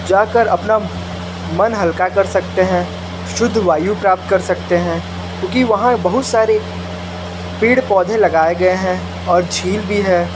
जाकर अपना मन हल्का कर सकते है शुद्ध वायु प्राप्त कर सकते क्योंकि वहाँ बहुत सारे पेड़ पौधें लगाए गए हैं और झील भी है